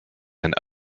and